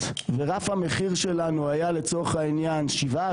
ורף המחיר שלנו היה לצורך העניין 7,